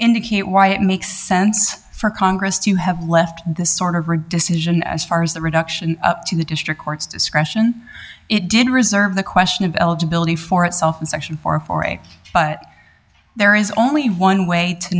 indicate why it makes sense for congress to have left this sort of a decision as far as the reduction in the district court's discretion it did reserve the question of eligibility for itself in section four farai but there is only one way to